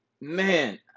man